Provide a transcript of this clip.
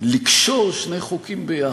לקשור שני חוקים יחד?